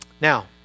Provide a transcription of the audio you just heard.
Now